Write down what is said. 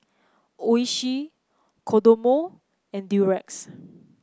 Oishi Kodomo and Durex